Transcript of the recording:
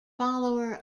follower